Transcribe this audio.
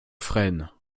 freine